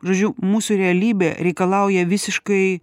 žodžiu mūsų realybė reikalauja visiškai